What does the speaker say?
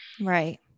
right